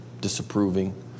disapproving